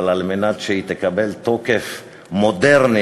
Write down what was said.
אבל כדי שהיא תקבל תוקף מודרני,